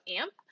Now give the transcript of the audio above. AMP